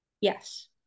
Yes